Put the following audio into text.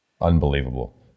Unbelievable